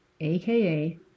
aka